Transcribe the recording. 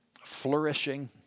flourishing